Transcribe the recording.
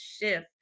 shift